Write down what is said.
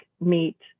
meet